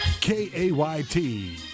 K-A-Y-T